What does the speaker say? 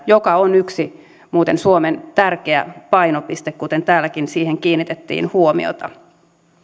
joka muuten on suomen yksi tärkeä painopiste mihin täälläkin kiinnitettiin huomiota